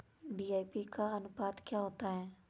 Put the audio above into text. DAP का अनुपात क्या होता है?